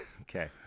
Okay